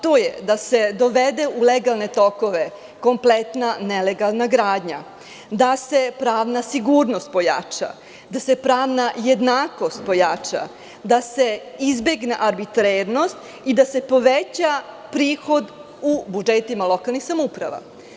To je da se dovede u legalne tokove kompletna nelegalna gradnja, da se pravna sigurnost pojača, da se pravna jednakost pojača, da se izbegne arbitrernost i da se poveća prihod u budžetima lokalnih samouprava.